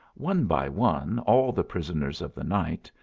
one by one all the prisoners of the night,